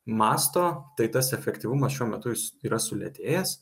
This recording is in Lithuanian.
masto tai tas efektyvumas šiuo metu jis yra sulėtėjęs